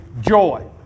joy